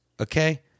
okay